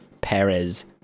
perez